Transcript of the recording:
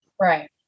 right